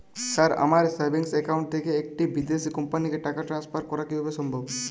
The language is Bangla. স্যার আমার সেভিংস একাউন্ট থেকে একটি বিদেশি কোম্পানিকে টাকা ট্রান্সফার করা কীভাবে সম্ভব?